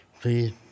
Please